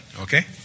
Okay